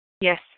Yes